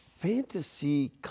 fantasy